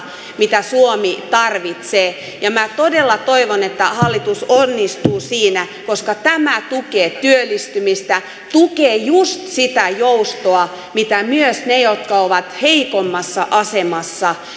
mitä suomi tarvitsee minä todella toivon että hallitus onnistuu siinä koska tämä tukee työllistymistä tukee just sitä joustoa mitä myös ne jotka ovat heikommassa asemassa